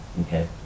Okay